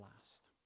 last